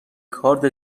کارد